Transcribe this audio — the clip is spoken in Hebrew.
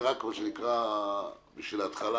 זה רק בשביל התחלה,